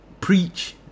preach